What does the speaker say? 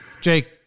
Jake